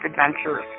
Adventures